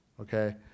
Okay